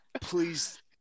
please